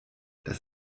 das